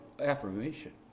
affirmation